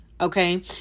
okay